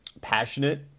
passionate